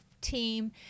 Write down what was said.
team